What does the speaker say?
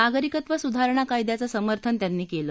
नागरिकत्व सुधारणा कायद्याचं समर्थन त्यांनी केलं